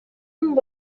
amb